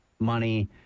money